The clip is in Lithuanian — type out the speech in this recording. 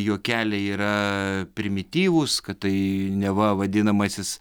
juokeliai yra primityvūs kad tai neva vadinamasis